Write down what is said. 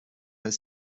ist